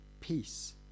peace